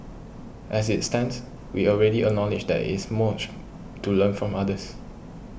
as it stands we already acknowledge that is much to learn from others